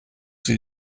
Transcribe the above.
sie